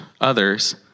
others